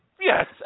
Yes